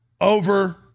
over